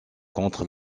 contre